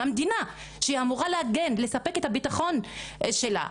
מהמדינה שאמורה להגן ולספק את הביטחון שלה.